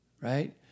right